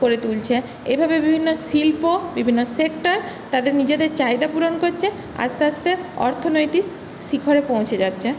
করে তুলছে এভাবে বিভিন্ন শিল্প বিভিন্ন সেক্টর তাদের নিজেদের চাহিদা পূরণ করছে আস্তে আস্তে অর্থনৈতিক শিখরে পৌঁছে যাচ্ছে